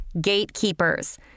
gatekeepers